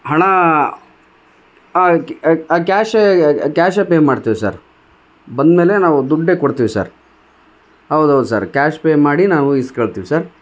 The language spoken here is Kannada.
ಹಣ ಕ್ಯಾಶೇ ಕ್ಯಾಶೇ ಪೇ ಮಾಡ್ತಿವಿ ಸರ್ ಬಂದಮೇಲೆ ನಾವು ದುಡ್ಡೇ ಕೊಡ್ತಿವಿ ಸರ್ ಹೌದೌದು ಸರ್ ಕ್ಯಾಶ್ ಪೇ ಮಾಡಿ ನಾವು ಇಸ್ಕಳ್ತಿವಿ ಸರ್